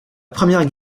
première